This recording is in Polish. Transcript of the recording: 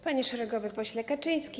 Panie Szeregowy Pośle Kaczyński!